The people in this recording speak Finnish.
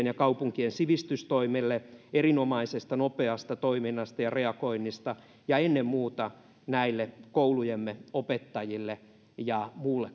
ja kaupunkien sivistystoimille erinomaisesta nopeasta toiminnasta ja reagoinnista ja ennen muuta näille koulujemme opettajille ja muulle